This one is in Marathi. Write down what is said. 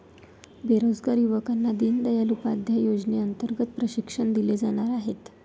बेरोजगार युवकांना दीनदयाल उपाध्याय योजनेअंतर्गत प्रशिक्षण दिले जाणार आहे